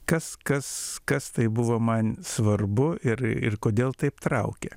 kas kas kas tai buvo man svarbu ir ir kodėl taip traukia